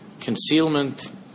Concealment